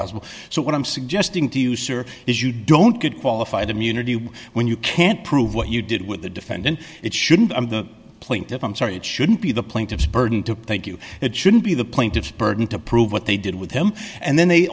thousand so what i'm suggesting to you sir is you don't get qualified immunity when you can't prove what you did with the defendant it shouldn't be plaintiff i'm sorry it shouldn't be the plaintiff's burden to thank you it shouldn't be the plaintiff's burden to prove what they did with him and then they